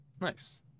nice